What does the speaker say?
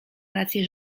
rację